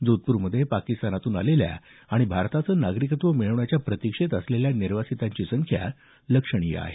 जोधपूरमध्ये पाकिस्तानातून आलेल्या आणि भारताचं नागरिकत्व मिळवण्याच्या प्रतिक्षेत असलेल्या निर्वासितांची संख्या लक्षणीय आहे